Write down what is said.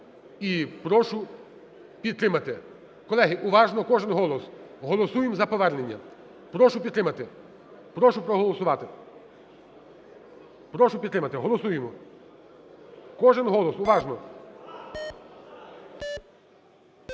прошу підтримати. Колеги, уважно, кожен голос, голосуємо за повернення. Прошу підтримати, прошу проголосувати. Прошу підтримати, голосуємо. Кожен голос, уважно.